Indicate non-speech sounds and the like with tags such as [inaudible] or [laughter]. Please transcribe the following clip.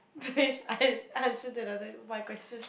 [laughs] please I answer that another my question